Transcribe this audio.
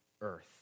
earth